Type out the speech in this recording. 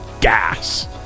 gas